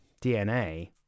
DNA